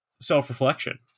self-reflection